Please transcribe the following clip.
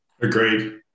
Agreed